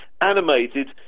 animated